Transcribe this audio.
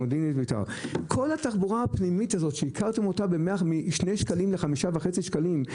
כל התחבורה הפנימית הזאת שייקרתם אותה משני שקלים ל-5.5 שקלים,